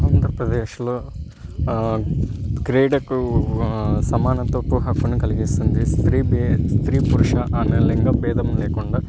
ఆంధ్రప్రదేశ్లో క్రీడకు సమానత్వపు హక్కును కలిగిస్తుంది స్త్రీ బే స్త్రీ పురుష అనే లింగ భేదం లేకుండా